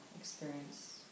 experience